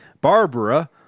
Barbara